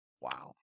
Wow